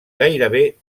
gairebé